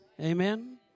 Amen